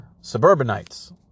suburbanites